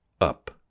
up